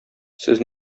сез